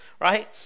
right